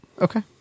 okay